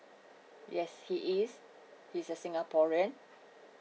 yes he is he's a singaporean